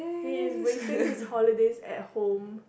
he is wasting his holidays at home